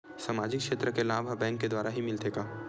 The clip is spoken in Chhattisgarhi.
सामाजिक क्षेत्र के लाभ हा बैंक के द्वारा ही मिलथे का?